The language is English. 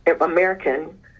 American